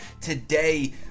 Today